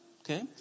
Okay